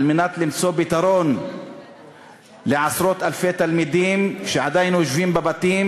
על מנת למצוא פתרון לעשרות-אלפי תלמידים שעדיין יושבים בבתים